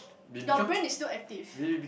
your brain is still active